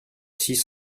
six